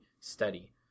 study